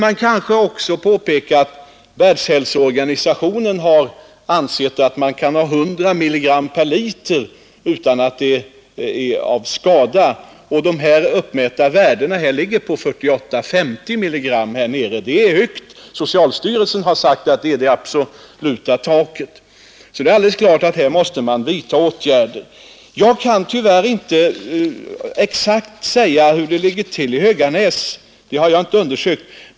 Man bör också påpeka att Världshälsoorganisationen ansett att man kan ha 100 milligram nitrat per liter vatten utan risk, medan de här uppmätta värdena ligger på 48-50 milligram. Det är höga värden. Socialstyrelsen har sagt att det är det absoluta taket. Det är alldeles klart att man måste vidta åtgärder i detta fall. Jag kan tyvärr inte exakt säga hur det ligger till i Höganäs — det har jag inte undersökt.